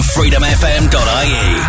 FreedomFM.ie